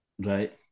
Right